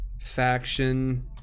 faction